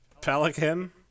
pelican